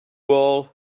all